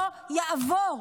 לא יעבור.